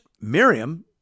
Miriam